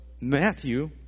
Matthew